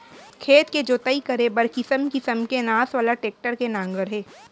खेत के जोतई करे बर किसम किसम के नास वाला टेक्टर के नांगर हे